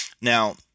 Now